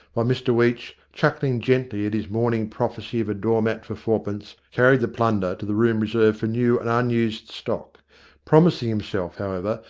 while mr weech, chuckling gently at his morning prophecy of a doormat for fourpence, carried the plunder to the room reserved for new and unused stock promising himself, however,